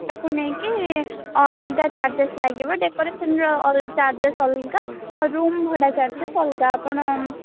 ତାକୁ ନେଇକି ଅଲଗା ଚାର୍ଜେସ୍ ଲାଗିବ ଡେକୋରେସନ୍ର ଚାର୍ଜେସ୍ ଅଲଗା ଆଉ ରୁମ ଭଡ଼ା ଚାର୍ଜେସ୍ ଅଲଗା ଆପଣ